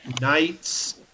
knights